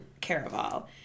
Caraval